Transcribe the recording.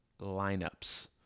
lineups